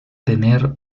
tener